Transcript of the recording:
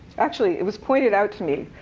actually, it was pointed out to me,